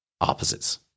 opposites